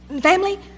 Family